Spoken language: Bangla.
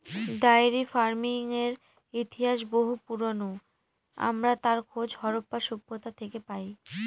ডায়েরি ফার্মিংয়ের ইতিহাস বহু পুরোনো, আমরা তার খোঁজ হরপ্পা সভ্যতা থেকে পাই